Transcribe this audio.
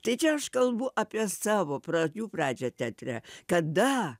tai čia aš kalbu apie savo pradžių pradžią teatre kada